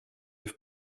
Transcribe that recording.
with